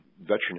Veteran